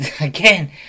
again